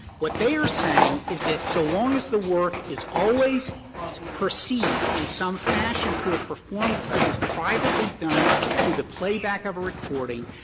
what they are saying is that, so long as the work is always perceived in some fashion through a performance that is privately done through the playback of a recording,